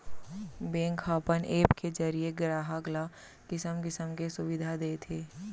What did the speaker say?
bank ह अपन app के जरिये गराहक ल किसम किसम के सुबिधा देत हे